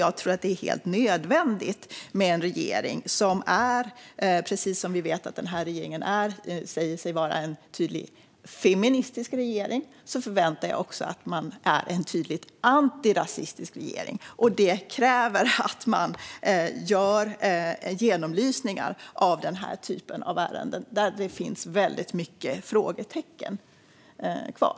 Jag förväntar mig att regeringen, på samma sätt som att den säger sig vara tydligt feministisk, också är tydligt antirasistisk. Det kräver att man gör genomlysningar av denna typ av ärenden, där det finns väldigt många frågetecken kvar.